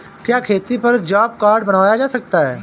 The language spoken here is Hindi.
क्या खेती पर जॉब कार्ड बनवाया जा सकता है?